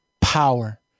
power